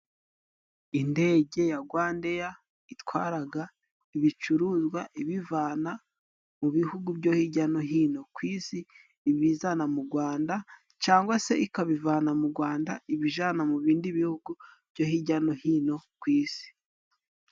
Indege ya gwandeya itwaraga ibicuruzwa ibivana mu bihugu byo hijya no hino ku isi ibizana mu gwanda cangwa se ikabivana mu gwanda ibijana mu bindi bihugu byo hijya no hino ku isi.